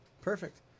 Perfect